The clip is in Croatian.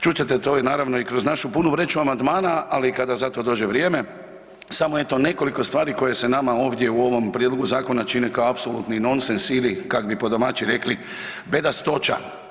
Čut ćete to naravno i kroz našu punu vreću amandmana, ali kada za to dođe vrijeme, samo eto nekoliko stvari koje se nama ovdje u ovom prijedlogu zakona čine kao apsolutni nonsens ili kak bi po domaći rekli bedastoća.